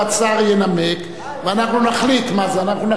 השר ינמק ואנחנו נכריע.